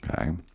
Okay